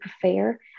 prefer